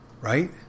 Right